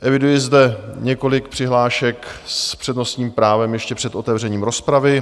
Eviduji zde několik přihlášek s přednostním právem ještě před otevřením rozpravy.